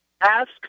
ask